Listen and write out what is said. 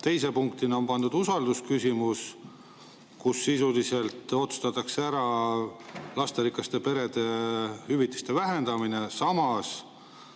teise punktina pandud usaldusküsimus, kus sisuliselt otsustatakse ära lasterikaste perede hüvitiste vähendamine. Samas,